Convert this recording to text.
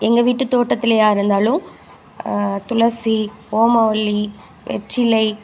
எங்கள் வீட்டு தோட்டத்திலயா இருந்தாலும் துளசி ஓமவல்லி வெற்றிலை